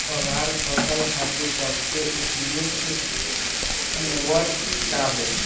हमार फसल खातिर सबसे उपयुक्त उर्वरक का होई?